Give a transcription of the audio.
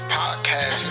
podcast